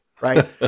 right